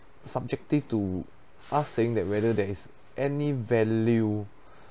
subjective to us saying that whether there is any value